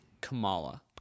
Kamala